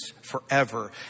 forever